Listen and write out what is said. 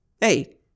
hey